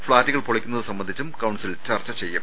ഫ്ളാറ്റുകൾ പൊളിക്കുന്നത് സംബന്ധിച്ചും കൌൺസിൽ ചർച്ച ചെയ്യും